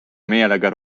meelega